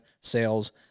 sales